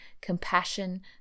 compassion